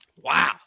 Wow